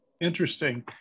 Interesting